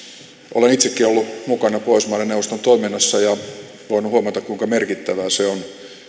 olen itsekin ollut mukana pohjoismaiden neuvoston toiminnassa ja voinut huomata kuinka merkittävää se on